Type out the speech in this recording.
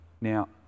Now